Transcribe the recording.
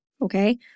Okay